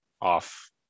off